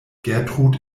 gertrud